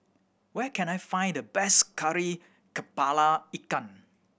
where can I find the best Kari Kepala Ikan